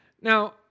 Now